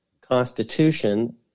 Constitution